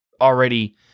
already